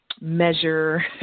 measure